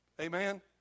amen